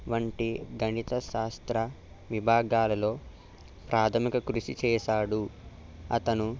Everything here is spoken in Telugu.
వంటి గణిత శాస్త్ర విభాగాలలో ప్రాథమిక కృషి చేశాడు అతను